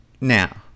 now